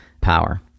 power